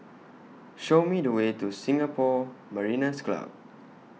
Show Me The Way to Singapore Mariners' Club